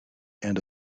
and